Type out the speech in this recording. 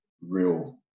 real